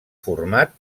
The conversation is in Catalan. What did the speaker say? format